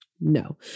no